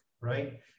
right